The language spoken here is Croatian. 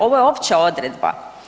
Ovo je opća odredba.